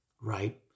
Right